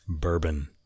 bourbon